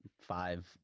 five